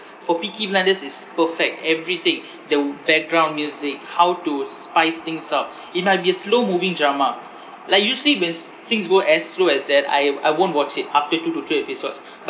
for peaky blinders is perfect everything the background music how to spice things up it might be a slow moving drama like usually whens things go as slow as that I I won't watch it after two to three episodes